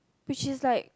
which is like